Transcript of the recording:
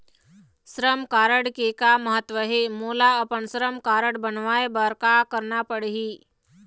श्रम कारड के का महत्व हे, मोला अपन श्रम कारड बनवाए बार का करना पढ़ही?